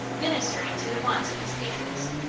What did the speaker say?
ministering to the wants of his patrons.